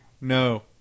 No